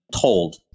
told